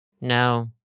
no